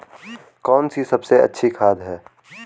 कौन सी सबसे अच्छी खाद है?